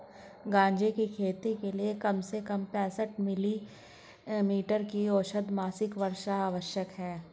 गांजे की खेती के लिए कम से कम पैंसठ मिली मीटर की औसत मासिक वर्षा आवश्यक है